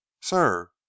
sir